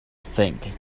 think